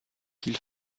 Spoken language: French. qu’il